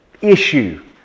issue